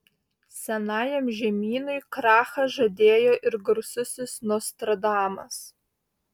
senajam žemynui krachą žadėjo ir garsusis nostradamas